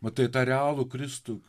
matai tą realų kristų